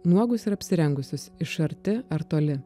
nuogus ir apsirengusius iš arti ar toli